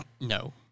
no